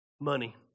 money